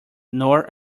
nor